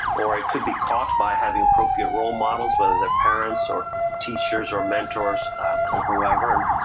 or it could be caught by having appropriate role models, whether they're parents or teachers or mentors whoever.